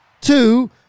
two